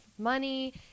money